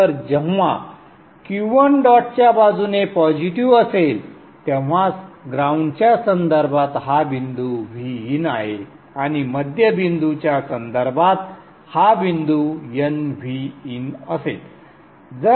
तर जेव्हा Q1 डॉटच्या बाजूने पॉजिटीव्ह असेल तेव्हा ग्राऊंडच्या संदर्भात हा बिंदू Vin आहे आणि मध्यबिंदूच्या संदर्भात हा बिंदू nVin असेल